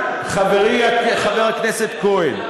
חברי חבר הכנסת כהן.